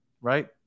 right